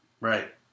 Right